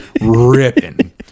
ripping